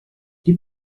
die